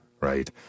right